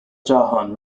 jahan